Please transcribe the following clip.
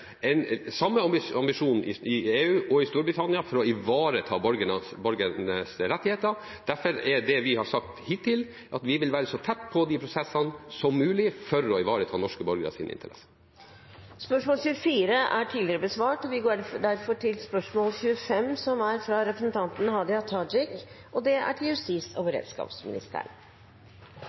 samme ambisjon i EU og i Storbritannia om å ivareta borgernes rettigheter. Derfor har vi sagt hittil at vi vil være så tett på de prosessene som mulig for å ivareta norske borgeres interesser. Spørsmål 24 er besvart tidligere. Eg tillèt meg å stilla justisministeren følgjande spørsmål: «Manglane ved gjennomføringa av politireformen, som er avdekka av Difi, Politiforum og VG, er alvorlege. Dårleg styring frå justisministeren og